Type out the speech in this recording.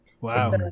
Wow